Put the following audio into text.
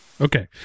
Okay